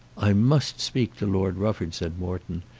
i must speak to lord rufford, said morton.